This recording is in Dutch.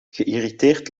geïrriteerd